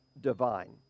Divine